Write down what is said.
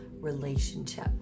relationship